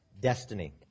destiny